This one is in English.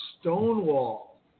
stonewall